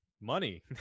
Money